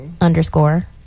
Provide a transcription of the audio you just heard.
Underscore